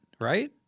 right